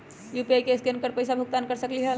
UPI से scan कर पईसा भुगतान कर सकलीहल?